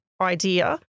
idea